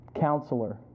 Counselor